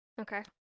Okay